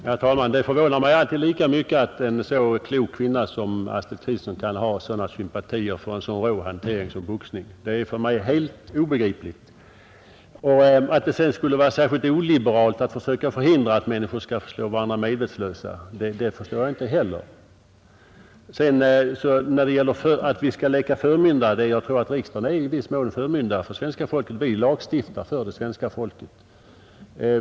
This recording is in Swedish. Herr talman! Det förvånar mig alltid lika mycket att en så klok kvinna som Astrid Kristensson kan ha sådana sympatier för en så rå hantering som boxning. Det är för mig helt obegripligt. Och att det skulle vara särskilt oliberalt att försöka förhindra att människor skall slå varandra medvetslösa, det förstår jag inte heller. När det sedan gäller att vi skall leka förmyndare, så tror jag att riksdagen är i viss mån förmyndare för svenska folket. Vi lagstiftar för det svenska folket.